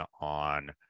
on